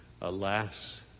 alas